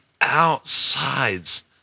outsides